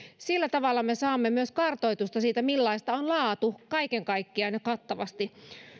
sillä tavalla me saamme myös kartoitusta siitä millaista on laatu kaiken kaikkiaan ja kattavasti